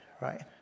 Right